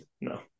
No